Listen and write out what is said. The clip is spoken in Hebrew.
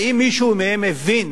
האם מישהו מהם הבין